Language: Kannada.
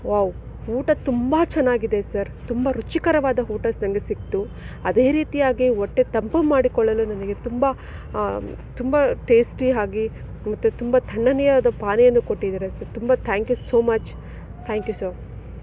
ವಾವ್ ಊಟ ತುಂಬ ಚೆನ್ನಾಗಿದೆ ಸರ್ ತುಂಬ ರುಚಿಕರವಾದ ಊಟ ನನಗೆ ಸಿಕ್ತು ಅದೇ ರೀತಿಯಾಗಿ ಹೊಟ್ಟೆ ತಂಪು ಮಾಡಿಕೊಳ್ಳಲು ನನಗೆ ತುಂಬ ತುಂಬ ಟೇಸ್ಟಿ ಆಗಿ ಊಟ ತುಂಬ ತಣ್ಣನೆಯಾದ ಪಾನೀಯನ್ನು ಕೊಟ್ಟಿದ್ದೀರ ಸರ್ ತುಂಬ thank you so much thank you sir